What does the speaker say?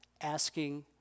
asking